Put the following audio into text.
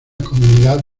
comunidad